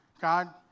God